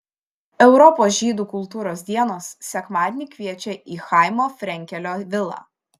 europos žydų kultūros dienos sekmadienį kviečia į chaimo frenkelio vilą